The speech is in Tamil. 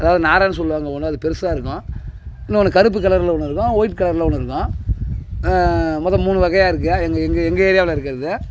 அதாவது நாரைன்னு சொல்வாங்க ஒன்று அது பெரிசா இருக்கும் இன்னோன்று கருப்பு கலரில் ஒன்று இருக்கும் ஒயிட் கலரில் ஒன்று இருக்கும் மொத்தம் மூணு வகையாக இருக்குது எங்கள் எங்கள் எங்கள் ஏரியாவில் இருக்கிறது